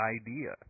idea